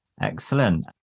Excellent